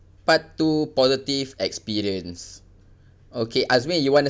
part two positive experience okay azmi you want to